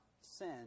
sin